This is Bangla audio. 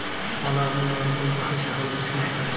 ফল আর্মি ওয়ার্ম কোন চাষের ফসল বেশি নষ্ট করে?